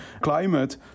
climate